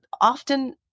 often